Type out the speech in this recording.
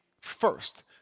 first